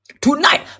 Tonight